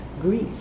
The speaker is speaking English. grief